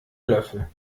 löffel